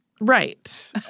Right